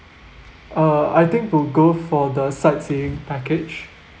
uh I think we'll go for the sightseeing package